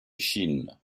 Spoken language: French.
chine